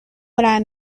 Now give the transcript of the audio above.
what